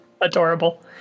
Adorable